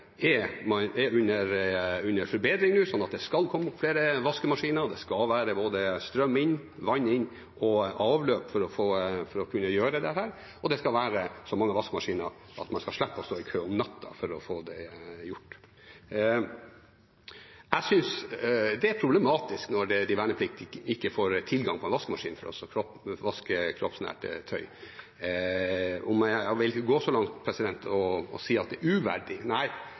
er under forbedring nå. Det skal komme flere vaskemaskiner, det skal være både strøm inn og vann inn og avløp for å kunne gjøre dette. Og det skal være så mange vaskemaskiner at man skal slippe å stå i kø om natta for å få det gjort. Jeg synes det er problematisk når de vernepliktige ikke får tilgang på en vaskemaskin for å vaske kroppsnært tøy. Men jeg vil ikke gå så langt som å si at det er uverdig.